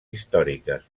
històriques